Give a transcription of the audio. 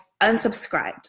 unsubscribed